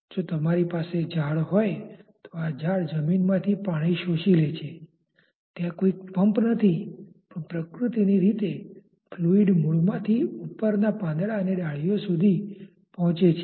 જો તમારી પાસે ઝાડ હોય તો આ ઝાડ જમીનમાંથી પાણી શોષી લે છે ત્યાં કોઈ પંપ નથી પણ પ્રકૃતિની રીતે ફ્લુઈડ મૂળમાંથી ઉપરના પાંદડા અને ડાળીઓ સુધી પહોંચે છે